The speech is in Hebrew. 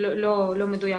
זה לא מדויק.